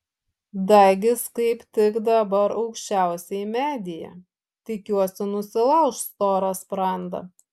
dagis kaip tik dabar aukščiausiai medyje tikiuosi nusilauš storą sprandą